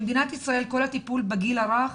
במדינת ישראל כל הטיפול בגיל הרך